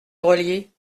grelier